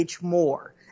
more